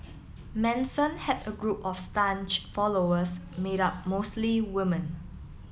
Manson had a group of followers made up mostly woman